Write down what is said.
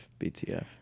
BTF